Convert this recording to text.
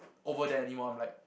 over there anymore I'm like